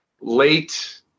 late